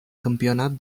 campionat